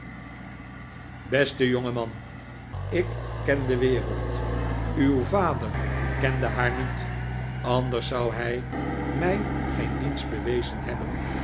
beste jongeman ik ken de wereld uw vader kende haar niet anders zou hij mij geen dienst bewezen hebben